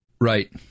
Right